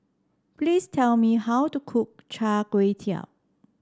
please tell me how to cook Char Kway Teow